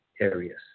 areas